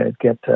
get